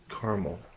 caramel